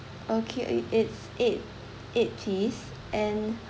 okay i~ it's eight eight piece and